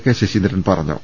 K Saseendran പറഞ്ഞു